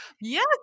Yes